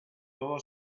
todo